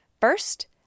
First